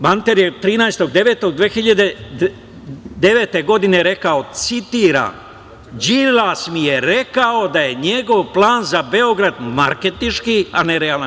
Manter je 13.09.2009. godine rekao: „Đilas mi je rekao da je njegov plan za Beograd marketinški, a nerealan“